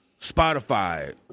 Spotify